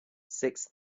six